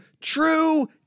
true